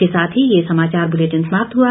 इसी के साथ ये समाचार बुलेटिन समाप्त हुआ